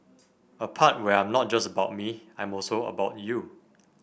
a part where I'm not just about me I'm also about you